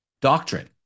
doctrine